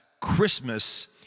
Christmas